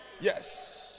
yes